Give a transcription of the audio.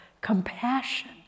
compassion